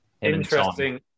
interesting